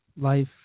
life